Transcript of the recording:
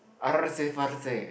artsy fartsy